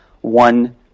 one